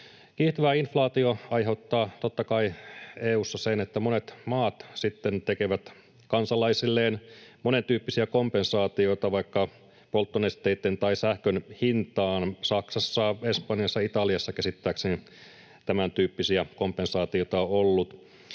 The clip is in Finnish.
Kiihtyvä inflaatio aiheuttaa totta kai EU:ssa sen, että monet maat sitten tekevät kansalaisilleen monentyyppisiä kompensaatioita vaikka polttonesteitten tai sähkön hintaan. Saksassa, Espanjassa, Italiassa on ollut käsittääkseni tämäntyyppisiä kompensaatioita.